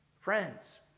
Friends